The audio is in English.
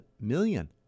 million